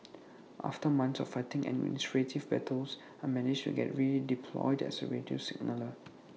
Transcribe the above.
after months of fighting administrative battles I managed to get redeployed as A radio signaller